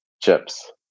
chips